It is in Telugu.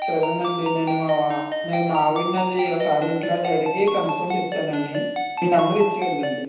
సరేనండి నేను మా నేను మా ఆవిడని అది ఒకసారి ఇంట్లో అది అడిగి కనుక్కుని చెప్తానండి మీ నెంబరు ఇచ్చి వెళ్ళండి